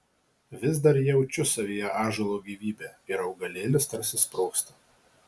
vis dar jaučiu savyje ąžuolo gyvybę ir augalėlis tarsi sprogsta